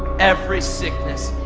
every sickness,